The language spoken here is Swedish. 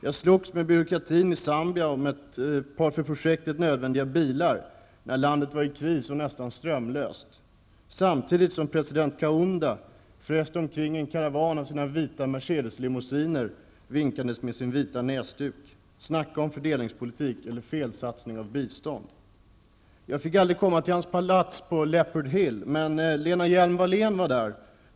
Jag slogs med byråkratin i Zambia om ett par för det aktuella projektet nödvändiga bilar när landet var i kris och nästan strömlöst, samtidigt som president Kaunda så att säga fräste omkring i en karavan av vita Mercedeslimousiner vinkandes med sin vita näsduk -- snacka om fördelningspolitik eller felsatsning beträffande bistånd! Jag fick aldrig komma till presidentens palats på Leopard Hill, men Lena Hjelm-Wallén var där.